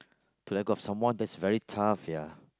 to lack of some more that's very tough ya